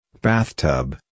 Bathtub